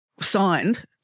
signed